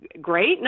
great